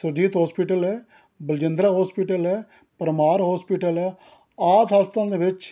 Surjit hospital ਹੈ Baljindra hospital ਹੈ Parmar hospital ਹੈ ਆਦਿ ਹਸਪਤਾਲਾਂ ਦੇ ਵਿੱਚ